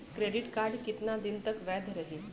Credit card कितना दिन तक वैध रही?